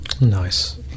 Nice